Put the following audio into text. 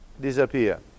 disappear